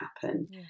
happen